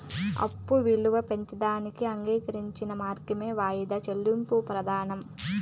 అప్పు ఇలువ పెంచేదానికి అంగీకరించిన మార్గమే వాయిదా చెల్లింపు ప్రమానం